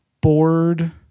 bored